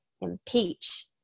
impeach